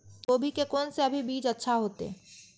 गोभी के कोन से अभी बीज अच्छा होते?